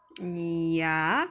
err ya